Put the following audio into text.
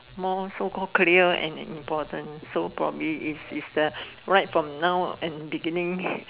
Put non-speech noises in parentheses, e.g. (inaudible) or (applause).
more so call clear and important so probably is is the right from now and beginning (noise)